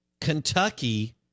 Kentucky